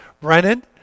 Brennan